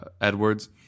Edwards